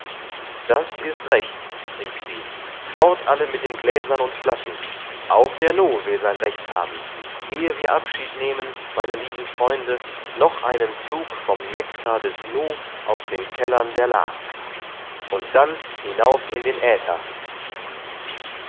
das ist recht rief sie fort alle mit den gläsern und flaschen auch der nu will sein recht haben ehe wir abschied nehmen meine lieben freunde noch einen zug vom nektar des nu aus den kellern der la und dann hinauf in den äther